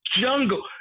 jungle